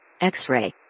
X-ray